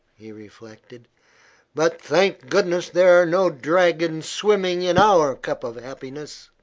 he reflected but thank goodness there are no dragons swimming in our cup of happiness.